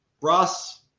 Ross